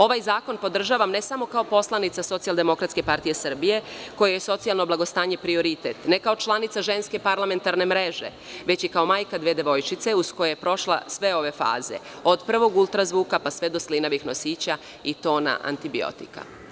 Ovaj zakon podržavam ne samo kao poslanica SDPS kojoj je socijalno blagostanje prioritet, ne kao članica Ženske parlamentarne mreže, već i kao majka dve devojčice uz koje je prošla sve ove faze, od prvog ultra zvuka, pa sve do slinavih nosića i tona antibiotika.